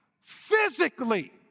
physically